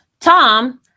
Tom